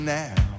now